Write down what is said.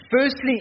Firstly